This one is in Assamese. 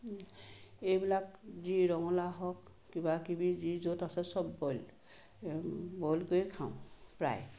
এইবিলাক যি ৰঙালাও হওক কিবাকিবি যি য'ত আছে চব বইল বইল কৰি খাওঁ প্ৰায়